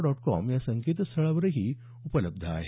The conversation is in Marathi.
डॉट कॉम या संकेतस्थळावरही उपलब्ध आहे